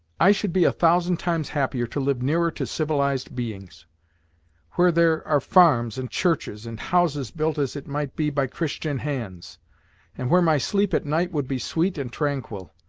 i should be a thousand times happier to live nearer to civilized beings where there are farms and churches, and houses built as it might be by christian hands and where my sleep at night would be sweet and tranquil!